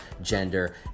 gender